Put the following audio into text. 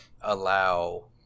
allow